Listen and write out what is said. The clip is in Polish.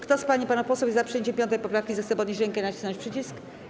Kto z pań i panów posłów jest za przyjęciem 5. poprawki, zechce podnieść rękę i nacisnąć przycisk.